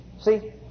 See